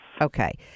Okay